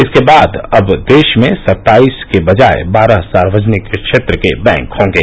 इसके बाद अब देश में सत्ताईस के बजाए बारह सार्वजनिक क्षेत्र के बैंक होंगे